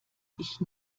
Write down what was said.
ich